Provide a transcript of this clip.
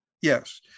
Yes